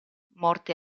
morte